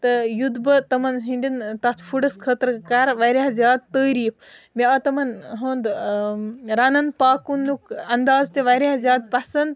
تہٕ یُتھ بہٕ تٕمَن ہنٛدیٚن ٲں تَتھ فوڈَس خٲطرٕ کَرٕ واریاہ زیادٕ تٔعریٖف مےٚ آو تِمَن ہُنٛد ٲں رَنَن پاکوُنُک اَنداز تہِ واریاہ زیادٕ پَسنٛد